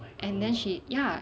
and then she ya